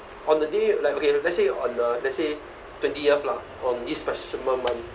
on the day like okay let's say on the let's say twentieth lah on this specific month